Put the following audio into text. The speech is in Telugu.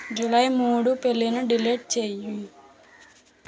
జూలై మూడు పెళ్ళిని డిలీట్ చెయ్యి